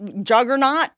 Juggernaut